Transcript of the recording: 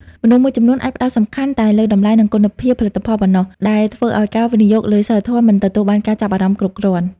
មនុស្សមួយចំនួនអាចផ្ដោតសំខាន់តែលើ តម្លៃ និងគុណភាពផលិតផលប៉ុណ្ណោះ ដែលធ្វើឱ្យការវិនិយោគលើសីលធម៌មិនទទួលបានការចាប់អារម្មណ៍គ្រប់គ្រាន់។